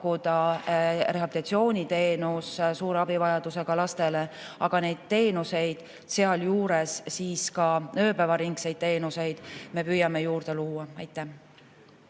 ka rehabilitatsiooniteenus suure abivajadusega lastele. Aga neid teenuseid, sealjuures ööpäevaringseid teenuseid, me püüame juurde luua. Helmen